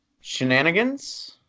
Shenanigans